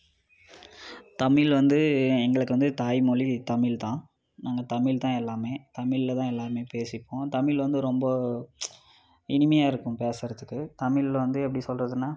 தமிழ் வந்து எங்களுக்கு வந்து தாய்மொழி தமிழ்தான் நாங்கள் தமிழ் தான் எல்லாமே தமிழில் தான் எல்லாமே பேசிப்போம் தமிழ் வந்து ரொம்ப இனிமையாக இருக்கும் பேசறதுக்கு தமிழ் வந்து எப்படி சொல்கிறதுனா